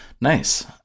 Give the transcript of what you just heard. Nice